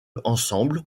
ensemble